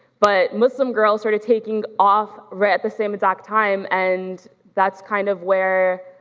but muslim girls started taking off right at the same exact time and that's kind of where,